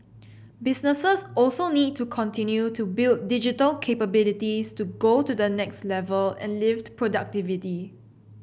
businesses also need to continue to build digital capabilities to go to the next level and lift productivity